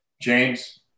James